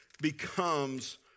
becomes